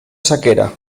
sequera